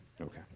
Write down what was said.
Okay